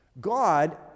God